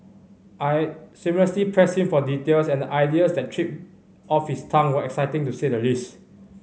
I shamelessly pressed him for details and the ideas that tripped off his tongue were exciting to say the least